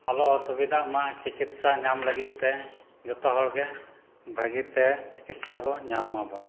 ᱟᱞᱚ ᱚᱥᱩᱵᱤᱫᱟᱜ ᱢᱟ ᱪᱤᱠᱤᱛᱥᱟ ᱧᱟᱢ ᱞᱟᱹᱜᱤᱫ ᱛᱮ ᱡᱚᱛᱚ ᱦᱚᱲ ᱜᱮ ᱵᱷᱟᱹᱜᱤ ᱛᱮ ᱪᱤᱠᱤᱛᱥᱟ ᱵᱚ ᱧᱟᱢ ᱢᱟᱵᱚ